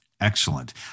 Excellent